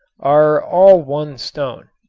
are all one stone.